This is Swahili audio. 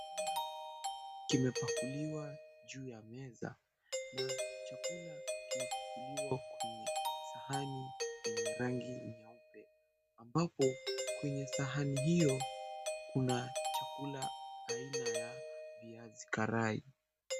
Kimepakuliwa juu ya meza. Na chakula kimepakuliwa kwenye sahani yenye rangi nyeupe. Ambapo kwenye sahani hiyo kuna chakula aina ya viazi karai.